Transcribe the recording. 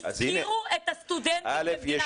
הפקירו את הסטודנטים במדינת ישראל.